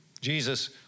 Jesus